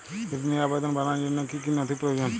ঋনের আবেদন জানানোর জন্য কী কী নথি প্রয়োজন?